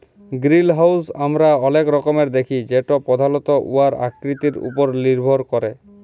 greenhouse আমরা অলেক রকমের দ্যাখি যেট পধালত উয়ার আকৃতির উপর লির্ভর ক্যরে